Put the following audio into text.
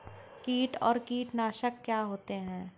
कीट और कीटनाशक क्या होते हैं?